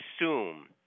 assume